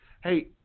Hey